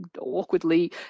awkwardly